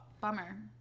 bummer